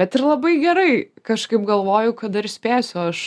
bet ir labai gerai kažkaip galvoju kad dar spėsiu aš